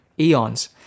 eons